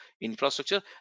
infrastructure